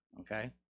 Okay